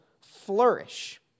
flourish